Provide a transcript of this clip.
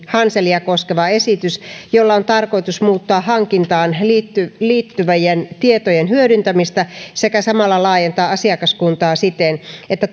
hanselia koskeva esitys jolla on tarkoitus muuttaa hankintaan liittyvien liittyvien tietojen hyödyntämistä sekä samalla laajentaa asiakaskuntaa siten että